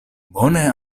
bone